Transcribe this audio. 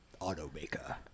Automaker